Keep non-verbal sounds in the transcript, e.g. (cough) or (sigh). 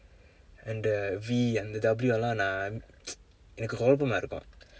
அந்த:andtha V அந்த:andtha W எல்லா நான்:ellaa naan (noise) குழப்பமா இருக்கும்:kuzhappammaa irukkum